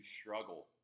struggle